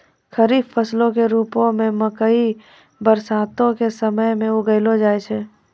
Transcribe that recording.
खरीफ फसलो के रुपो मे मकइ बरसातो के समय मे उगैलो जाय छै